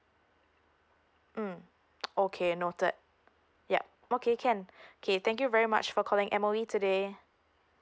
mm okay noted yup okay can okay thank you very much for calling M_O_E today